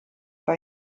bei